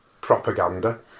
propaganda